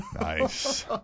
Nice